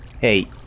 Hey